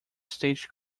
state